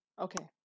Okay